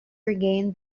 regain